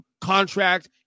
contract